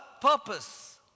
purpose